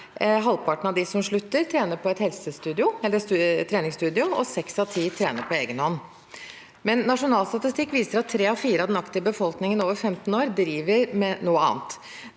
Halvparten av dem som slutter, trener på et treningsstudio, og seks av ti trener på egen hånd. Nasjonal statistikk viser at tre av fire av den aktive befolkningen over 15 år driver med noe annet.